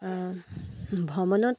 ভ্ৰমণত